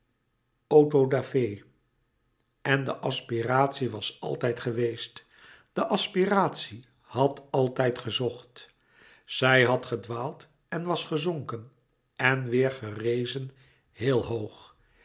en de aspiratie was altijd geweest de aspiratie had altijd gezocht zij had gedwaald en was gezonken en weêr gerezen heel hoog